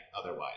otherwise